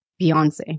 Beyonce